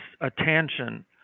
attention